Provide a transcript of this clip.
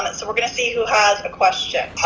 so we're gonna see who has a question.